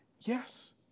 Yes